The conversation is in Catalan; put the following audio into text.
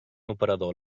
operador